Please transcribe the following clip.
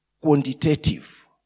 quantitative